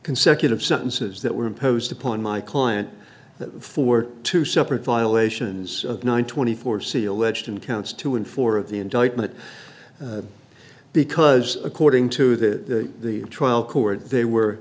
consecutive sentences that were imposed upon my client for two separate violations of nine twenty four c alleged in counts two and four of the indictment because according to the trial court they were